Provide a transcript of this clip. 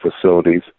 facilities